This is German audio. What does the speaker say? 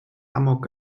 amok